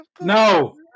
No